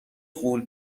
غول